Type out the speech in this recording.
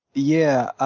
yeah,